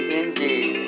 indeed